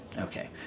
Okay